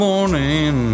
morning